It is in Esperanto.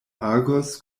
agos